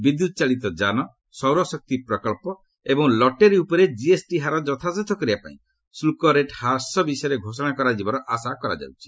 ବିଦ୍ୟୁତ୍ ଚାଳିତ ଯାନ ସୌରଶକ୍ତି ପ୍ରକଳ୍ପ ଏବଂ ଲଟେରୀ ଉପରେ ଜିଏସ୍ଟି ହାର ଯଥାଯଥ କରିବା ପାଇଁ ଶୁଳ୍କ ରେଟ୍ ହ୍ରାସ ବିଷୟରେ ଘୋଷଣା କରାଯିବାର ଆଶା କରାଯାଉଛି